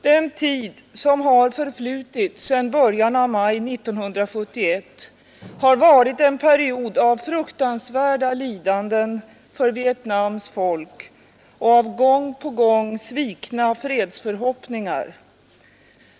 Den tid som förflutit sedan början av maj 1971 har varit en period av ång svikna fruktansvärda lidanden för Vietnams folk och av gång på fredsförhoppningar.